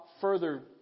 further